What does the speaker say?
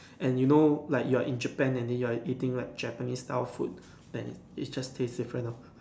and you know like you're in Japan and then you're eating like Japanese style food then it just taste different lor